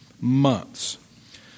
months